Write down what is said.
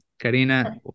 karina